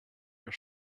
your